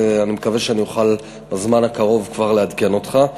ואני מקווה שבזמן הקרוב כבר אוכל לעדכן אותך.